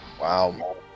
Wow